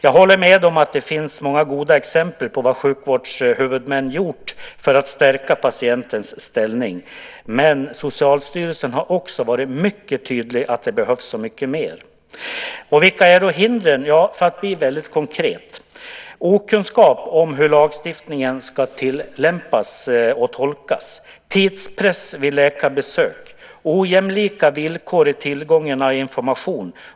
Jag håller med om att det finns många goda exempel på vad sjukvårdshuvudmän har gjort för att stärka patientens ställning. Men Socialstyrelsen har också varit mycket tydlig när det gäller att det behövs så mycket mer. Vilka är då hindren? Jag ska vara väldigt konkret. Det handlar om okunskap om hur lagstiftningen ska tillämpas och tolkas, tidspress vid läkarbesök och ojämlika villkor i fråga om tillgång till information.